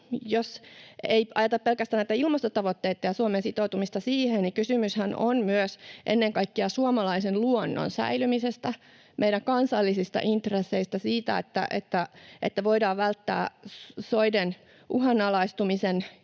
jos ei ajatella pelkästään näitä ilmastotavoitteita ja Suomen sitoutumista niihin, niin kysymyshän on myös ennen kaikkea suomalaisen luonnon säilymisestä, meidän kansallisista intresseistämme, siitä, että voidaan välttää soiden uhanalaistumisen